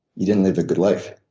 you didn't live a good life.